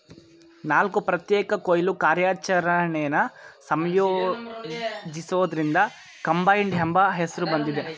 ನಾಲ್ಕು ಪ್ರತ್ಯೇಕ ಕೊಯ್ಲು ಕಾರ್ಯಾಚರಣೆನ ಸಂಯೋಜಿಸೋದ್ರಿಂದ ಕಂಬೈನ್ಡ್ ಎಂಬ ಹೆಸ್ರು ಬಂದಿದೆ